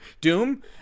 doom